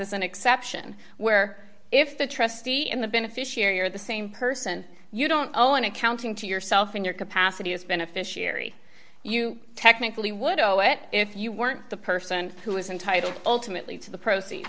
devise an exception where if the trustee and the beneficiary are the same person you don't owe an accounting to yourself in your capacity as beneficiary you technically would owe it if you weren't the person who was entitled ultimately to the proce